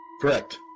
Correct